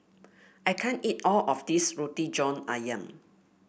I can't eat all of this Roti John ayam